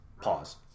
pause